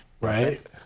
right